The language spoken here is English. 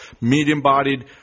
medium-bodied